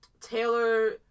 Taylor